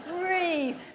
breathe